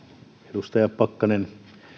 edustaja pakkanen